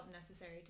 necessary